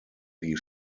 wie